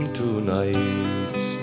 tonight